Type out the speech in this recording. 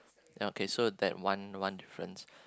now kay so that one one difference